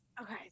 Okay